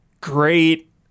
great